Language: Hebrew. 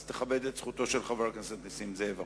אז תכבד את זכותו של חבר הכנסת נסים זאב עכשיו.